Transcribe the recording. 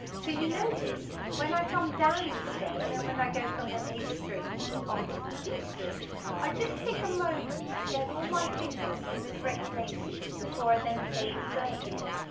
so you noticed when i come down the scale and when i go from the a string onto the d string i just take a moment to get all my fingers in the correct places before i then play the third finger,